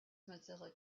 mozilla